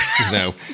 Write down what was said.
no